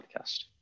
podcast